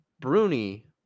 Bruni